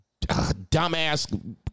dumbass